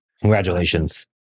Congratulations